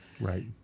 right